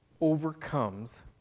overcomes